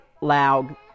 loud